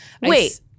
Wait